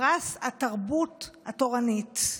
פרס התרבות התורנית.